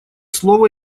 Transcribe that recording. слово